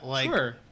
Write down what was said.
Sure